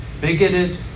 bigoted